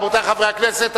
רבותי חברי הכנסת,